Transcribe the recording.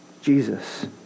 Jesus